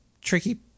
tricky